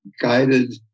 guided